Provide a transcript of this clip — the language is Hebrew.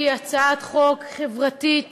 הצעת חוק חברתית